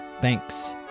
Thanks